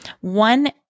One